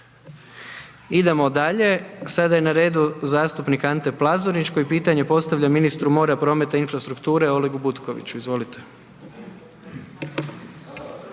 Idemo dalje, sada je na redu zastupnik Ante Plazonić, koji pitanje postavlja ministru mora, prmeta i infrastrukture, Olegu Butkoviću, izvolite.